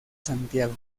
santiago